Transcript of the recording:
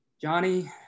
Johnny